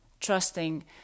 trusting